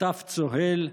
טף צוהל,